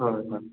हय हय